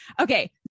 Okay